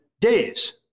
days